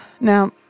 Now